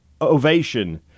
ovation